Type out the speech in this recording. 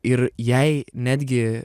ir jei netgi